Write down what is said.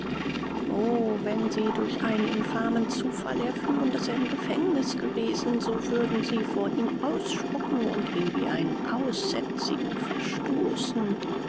o wenn sie durch einen infamen zufall erführen daß er im gefängnis gewesen so würden sie vor ihm ausspucken und ihn wie einen aussätzigen verstoßen